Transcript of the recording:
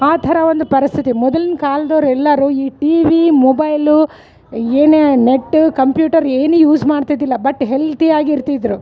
ಆ ಥರ ಒಂದು ಪರಿಸ್ಥಿತಿ ಮೊದ್ಲಿನ ಕಾಲ್ದೋರು ಎಲ್ಲರು ಈ ಟಿವಿ ಮೊಬೈಲು ಏನೇ ನೆಟ್ ಕಂಪ್ಯೂಟರ್ ಏನು ಯೂಸ್ ಮಾಡ್ತೀದ್ದಿಲ್ಲ ಬಟ್ ಹೆಲ್ದಿಯಾಗಿ ಇರ್ತಿದ್ದರು